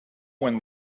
when